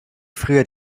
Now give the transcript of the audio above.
früher